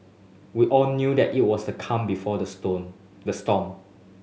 we all knew that it was the calm before the stone the storm